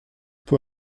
peu